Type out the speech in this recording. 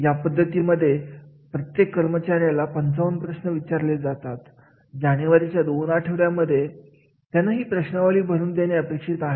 या पद्धतीमध्ये प्रत्येक कर्मचाऱ्याला पंचावन्न प्रश्न विचारले जातात जानेवारीच्या दोन आठवड्यांमध्ये त्यांनी ही प्रश्नावली भरून देणे अपेक्षित आहे